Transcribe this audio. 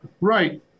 Right